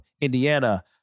Indiana